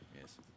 Yes